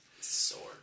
Sword